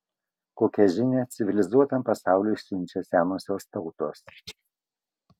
kokią žinią civilizuotam pasauliui siunčia senosios tautos